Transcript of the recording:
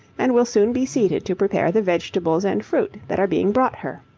and will soon be seated to prepare the vegetables and fruit that are being brought her.